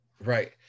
Right